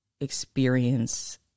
experience